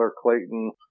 clayton